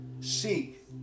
seek